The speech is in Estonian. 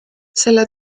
selle